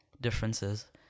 differences